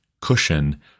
cushion